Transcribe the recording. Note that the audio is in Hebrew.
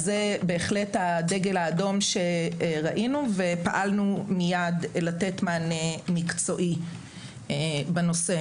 זה בהחלט הדגל האדום שראינו ופעלנו מיד לתת מענה מקצועי בנושא.